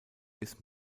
ist